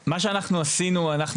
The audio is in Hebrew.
מה שאנחנו עשינו, אנחנו